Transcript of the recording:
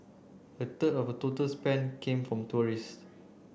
a third of total spend came from tourists